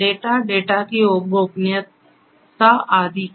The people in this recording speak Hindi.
डेटा डेटा की गोपनीयता आदि की